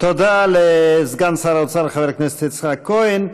תודה לסגן שר האוצר חבר הכנסת יצחק כהן.